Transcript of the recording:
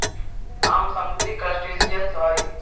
आम समुद्री क्रस्टेशियंस हई